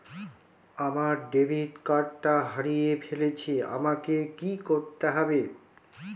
আমার ডেবিট কার্ডটা হারিয়ে ফেলেছি আমাকে কি করতে হবে?